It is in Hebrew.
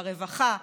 ברווחה,